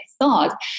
thought